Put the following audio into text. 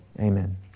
amen